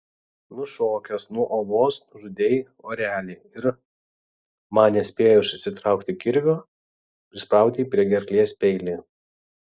nušokęs nuo uolos nužudei orelį ir man nespėjus išsitraukti kirvio prispaudei prie gerklės peilį